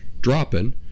dropping